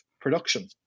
production